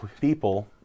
people